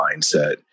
mindset